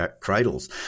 cradles